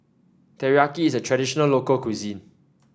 Teriyaki is a traditional local cuisine